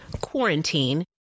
quarantine